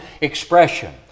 expression